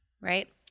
right